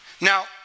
Now